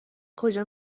کجا